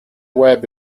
web